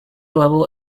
level